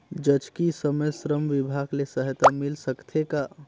जचकी समय श्रम विभाग ले सहायता मिल सकथे का?